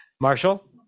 Marshall